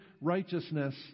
righteousness